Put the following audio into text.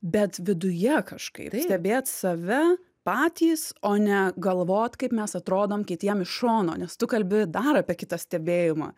bet viduje kažkaip stebėt save patys o ne galvot kaip mes atrodom kitiem iš šono nes tu kalbi dar apie kitą stebėjimą